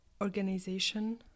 organization